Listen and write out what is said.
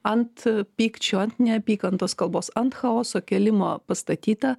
ant pykčio ant neapykantos kalbos ant chaoso kėlimo pastatyta